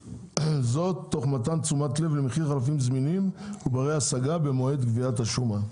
זאת תוך מתן תשומת לב למחיר חלפים זמינים וברי השגה במועד קביעת השומה.